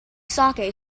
saké